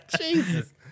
Jesus